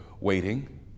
waiting